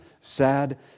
sad